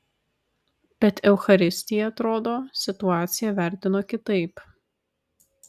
bet eucharistija atrodo situaciją vertino kitaip